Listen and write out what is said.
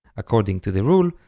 according to the rule,